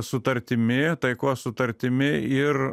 sutartimi taikos sutartimi ir